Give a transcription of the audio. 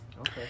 Okay